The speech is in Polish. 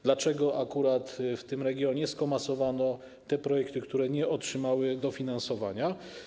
Dlaczego akurat w tym regionie skomasowano te projekty, które nie otrzymały dofinansowania?